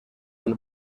del